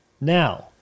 Now